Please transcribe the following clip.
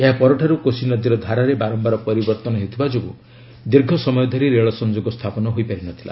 ଏହାପରଠାରୁ କୋଶି ନଦୀର ଧାରାରେ ବାରମ୍ଘାର ପରିବର୍ତ୍ତନ ହେଉଥିବା ଯୋଗୁଁ ଦୀର୍ଘ ସମୟ ଧରି ରେଳ ସଂଯୋଗ ସ୍ଥାପନ ହୋଇପାରି ନ ଥିଲା